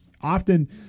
often